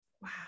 Wow